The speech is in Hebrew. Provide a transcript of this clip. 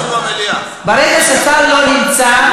ברגע ששר לא נמצא,